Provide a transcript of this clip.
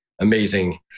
amazing